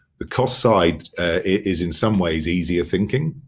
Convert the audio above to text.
the cost side is in some ways easier thinking,